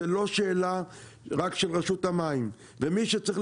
זה לא שאלה רק של רשות המים ומי שצריך,